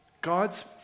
God's